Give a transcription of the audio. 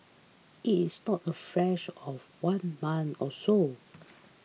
it is not a flash of one month or so